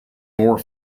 more